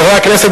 חברי הכנסת,